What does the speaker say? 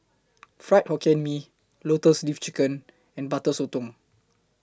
Fried Hokkien Mee Lotus Leaf Chicken and Butter Sotong